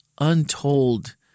untold